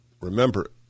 Remember